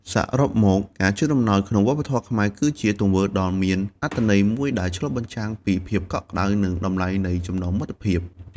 សរុបមក ការជូនអំណោយក្នុងវប្បធម៌ខ្មែរ គឺជាទង្វើដ៏មានអត្ថន័យមួយដែលឆ្លុះបញ្ចាំងពី ភាពកក់ក្តៅ និងតម្លៃនៃចំណងមិត្តភាព។